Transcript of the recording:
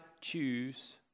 choose